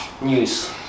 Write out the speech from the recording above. news